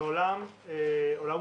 זה עולם ומלואו.